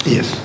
Yes